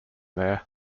there